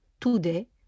today